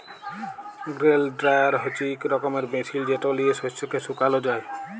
grain dryer হছে ইক রকমের মেশিল যেট লিঁয়ে শস্যকে শুকাল যায়